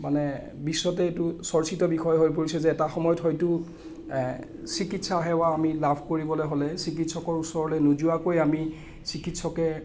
মানে বিশ্বতে এইটো চৰ্চিত বিষয় হৈ পৰিছে যে এটা সময়ত হয়টো চিকিৎসা সেৱা আমি লাভ কৰিবলৈ হ'লে চিকিৎসকৰ ওচৰলৈ নোযোৱাকৈ আমি চিকিৎসকে